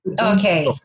Okay